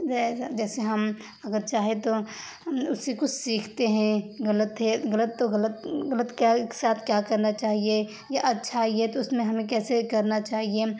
جیسے ہم اگر چاہے تو ہم اس سے کچھ سیکھتے ہیں غلط ہے غلط تو غلط غلط کیا ساتھ کیا کرنا چاہیے یہ اچھا ہے یہ تو اس میں ہمیں کیسے کرنا چاہیے